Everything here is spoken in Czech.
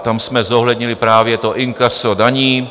Tam jsme zohlednili právě to inkaso daní.